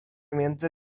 między